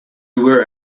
were